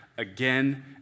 again